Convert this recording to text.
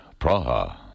Praha